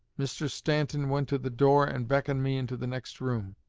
mr. stanton went to the door and beckoned me into the next room.